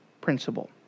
principle